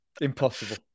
impossible